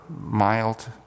mild